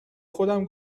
خودم